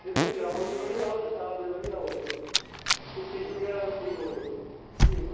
ਜਿੱਥੇ ਗਰਾਊਂਡ ਵੀ ਵਧੀਆ ਹੋਵੇ ਸਟਾਫ ਵੀ ਵਧੀਆ ਹੋਵੇ ਅਤੇ ਫੀਸ ਵਗੈਰਾ ਵੀ ਠੀਕ ਹੋਵੇ ਜੀ